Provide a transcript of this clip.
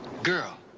girl.